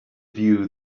view